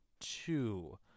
two